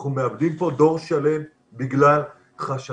אנחנו מאבדים פה דור שלם בגלל חששות